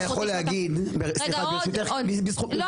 רק על